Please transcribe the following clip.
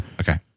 Okay